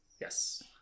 yes